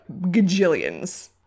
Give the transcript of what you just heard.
gajillions